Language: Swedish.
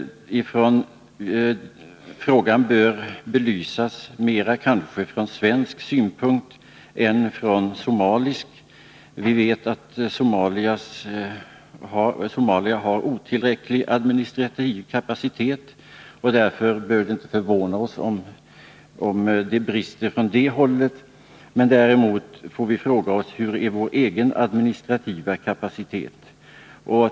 Frågan bör kanske belysas mera från svensk än från somalisk synpunkt. Vi vet att Somalia har otillräcklig administrativ kapacitet. Därför bör det inte förvåna oss, om det brister på det här området. Vi får emellertid fråga oss hur stor vår egen administrationskapacitet är.